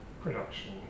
Production